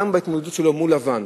גם בהתמודדות שלו מול לבן,